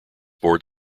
board